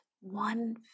one